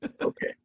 Okay